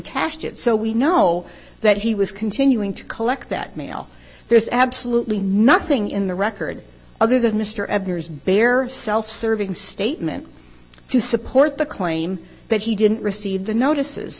cashed it so we know that he was continuing to collect that mail there's absolutely nothing in the record other than mr ebbers bare self serving statement to support the claim that he didn't receive the notices